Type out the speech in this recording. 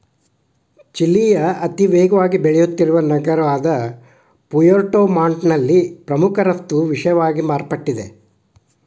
ಚಿಲಿಯ ಅತಿವೇಗವಾಗಿ ಬೆಳೆಯುತ್ತಿರುವ ನಗರವಾದಪುಯೆರ್ಟೊ ಮಾಂಟ್ನಲ್ಲಿ ಪ್ರಮುಖ ರಫ್ತು ವಿಷಯವಾಗಿ ಮಾರ್ಪಟ್ಟಿದೆ